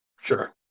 Sure